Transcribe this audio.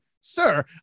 Sir